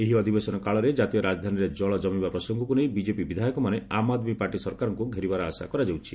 ଏହି ଅଧିବେଶନ କାଳରେ ଜାତୀୟ ରାଜଧାନୀରେ ଜଳ ଜମିବା ପ୍ରସଙ୍ଗକୁ ନେଇ ବିଜେପି ବିଧାୟକମାନେ ଆମ୍ ଆଦ୍ମୀ ପାର୍ଟି ସରକାରକୁ ଘେରିବାର ଆଶା କରାଯାଉଛି